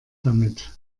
damit